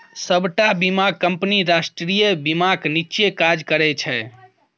सबटा बीमा कंपनी राष्ट्रीय बीमाक नीच्चेँ काज करय छै